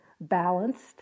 balanced